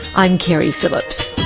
i'm keri phillips.